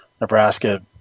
Nebraska